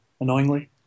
annoyingly